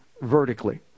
vertically